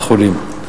בחולים.